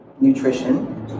nutrition